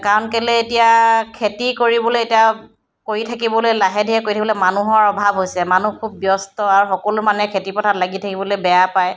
কাৰণ কেলৈ এতিয়া খেতি কৰিবলৈ এতিয়া কৰি থাকিবলৈ লাহে ধীৰে কৰি থাকিবলৈ মানুহৰ অভাৱ হৈছে মানুহ খুব ব্যস্ত আৰু সকলো মানুহেই খেতি পথাৰত লাগি থাকিবলৈ বেয়া পায়